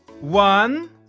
One